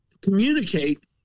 communicate